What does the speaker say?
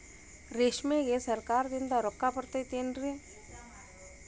ರೇಷ್ಮೆಗೆ ಸರಕಾರದಿಂದ ರೊಕ್ಕ ಬರತೈತೇನ್ರಿ?